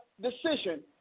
decision